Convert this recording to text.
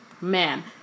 man